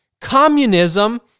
communism